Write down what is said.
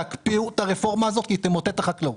תקפיאו את הרפורמה הזאת, היא תמוטט את החקלאות.